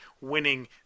winning